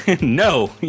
No